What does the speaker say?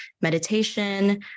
meditation